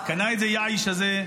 קנה את זה יעיש הזה.